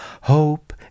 hope